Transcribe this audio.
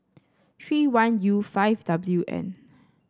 three one U five W N